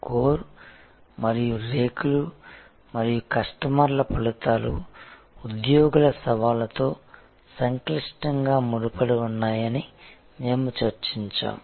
core మరియు రేకులు మరియు కస్టమర్ల ఫలితాలు ఉద్యోగుల సవాళ్లతో సంక్లిష్టంగా ముడిపడి ఉన్నాయని మేము చర్చించాము